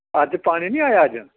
अज्ज पानी निं आया अज्ज